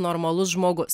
normalus žmogus